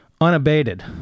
unabated